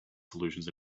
solutions